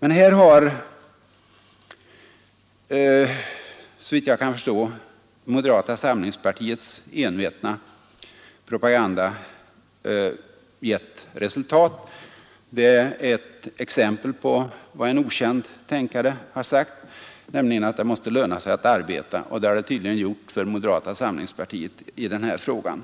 Men här har, såvitt jag förstår, moderata samlingspartiets envetna propaganda gett resultat. Det är ett exempel på vad en okänd tänkare har sagt, nämligen att det måste löna sig att arbeta — och det har det tydligen gjort för moderata samlingspartiet i den här frågan.